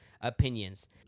opinions